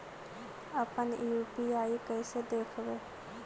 अपन यु.पी.आई कैसे देखबै?